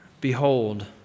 Behold